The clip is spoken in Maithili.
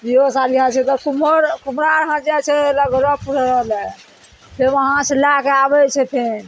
बियाहो शादी छै तऽ कुमहर कुम्हार हाथ जाइ छै लगहर पुरहर लअके फेर वहाँसँ लएके आबय छै फेन